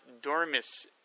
Dormis